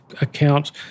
account